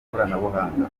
ikoranabuhanga